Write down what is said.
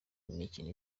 mikino